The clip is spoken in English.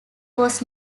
was